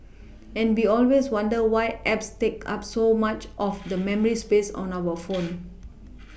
and we always wonder why apps take up so much of the memory space on our phone